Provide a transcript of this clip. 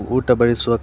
ಊಟ ಬಡಿಸುವ